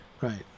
Right